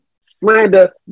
slander